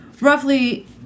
roughly